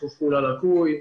שיתוף פעולה לקוי,